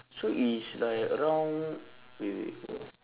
so it's like around wait wait one for~